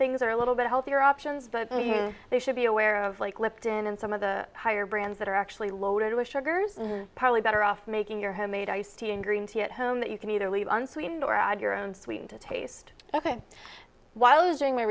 things are a little bit healthier options that they should be aware of like lipton and some of the higher brands that are actually loaded with sugars probably better off making your homemade iced tea and green tea at home that you can either leave unsweetened or add your own sweet taste